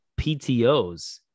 PTOs